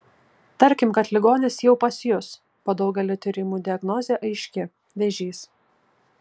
tarkim kad ligonis jau pas jus po daugelio tyrimų diagnozė aiški vėžys